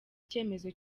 icyemezo